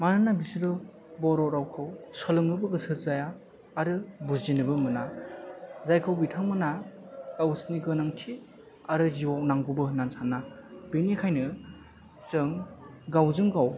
मानोना बिसोरो बर' रावखौ सोलोंनोबो गोसो जाया आरो बुजिनोबो मोना जायखौ बिथांमोना गावसिनि गोनांथि आरो जिउआव नांगौबो होन्नानैबो साना बेनिखायनो जों गावजों गाव